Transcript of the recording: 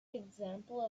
example